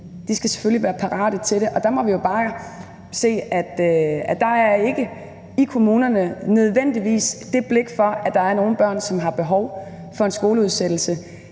i børnehaveklassen, være parate til det, og der må vi jo bare erkende, at der ikke i kommunerne nødvendigvis er det blik for, at der er nogle børn, som har behov for en skoleudsættelse.